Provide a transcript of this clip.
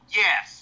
yes